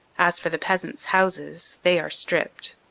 as for the peasants houses, they are stripped.